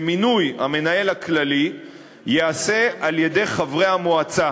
שמינוי המנהל הכללי ייעשה על-ידי חברי המועצה